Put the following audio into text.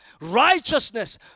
righteousness